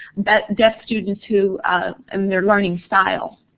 that deaf students who in their learning style.